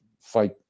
fight